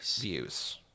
views